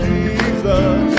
Jesus